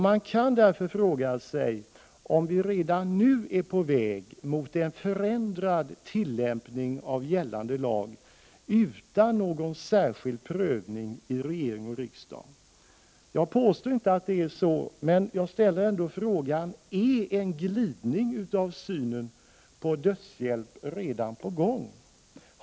Man kan därför fråga sig om vi redan nu är på väg mot en förändrad tillämpning av gällande lag utan någon särskild prövning i regering och riksdag. Jag påstår inte att det är så, men jag ställer ändå frågan: Är en glidning i synen på dödshjälp redan på väg?